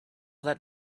that